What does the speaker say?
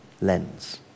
lens